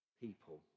people